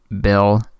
Bill